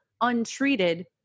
untreated